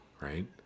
right